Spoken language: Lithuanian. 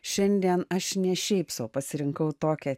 šiandien aš ne šiaip sau pasirinkau tokią